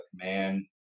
command